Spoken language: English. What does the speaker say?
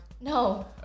No